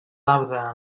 laude